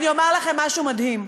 אני אומר לכם משהו מדהים: